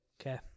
Okay